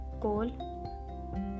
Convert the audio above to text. coal